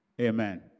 Amen